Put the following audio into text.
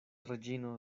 reĝino